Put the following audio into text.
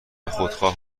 خودخواه